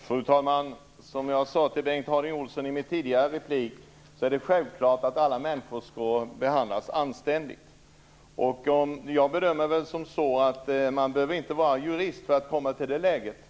Fru talman! Som jag sade till Bengt Harding Olson i min tidigare replik, är det självklart att alla människor skall behandlas anständigt. Jag bedömer det så att man inte behöver vara jurist för att komma till det läget.